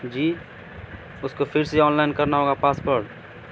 جی اس کو پھر سے آن لائن کرنا ہوگا پاس پورٹ